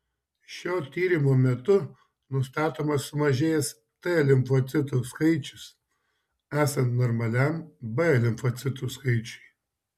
šio tyrimo metu nustatomas sumažėjęs t limfocitų skaičius esant normaliam b limfocitų skaičiui